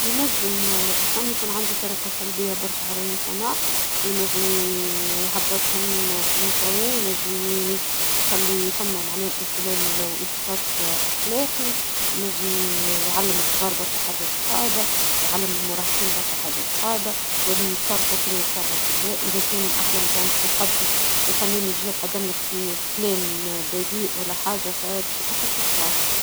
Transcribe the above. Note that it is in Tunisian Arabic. ينجم الفن يكون عندو طريقة سلبية برشا على المجتمع ينجم يهبطهم فالمستوى ينجم يخلي فما معناه إنحلال وإنحطاط أخلاقي، ينجم يعلم الصغار برشا حاجات خايبة، يعلم المراهقين برشا حاجات خايبة، يوليو يتصرفو كيما يتصرف بالوا إذا كان أحنا مثلا بيش نقدمو الفنان يجاي يقدم لك كلام بذيء ولا حاجة فبيش يأثر في الصغار.